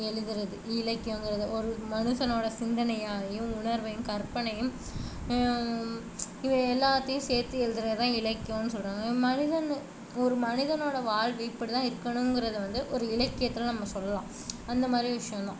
எழுதுறது இலக்கியோங்கறது ஒரு மனுசனோட சிந்தனையாயும் உணர்வையும் கற்பனையும் இவை எல்லாத்தையும் சேர்த்து எழுதுறதுதான் இலக்கியோம் சொல்லுறாங்க மனிதன் ஒரு மனிதனோட வாழ்வே இப்படிதான் இருக்கனுங்கிறது வந்து ஒரு இலக்கியத்தில் நம்ம சொல்லலாம் அந்த மாதிரி விஷயோம்தான்